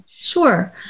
Sure